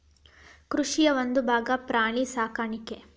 ಕೃಷಿಯ ಒಂದುಭಾಗಾ ಪ್ರಾಣಿ ಸಾಕಾಣಿಕೆ